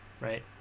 right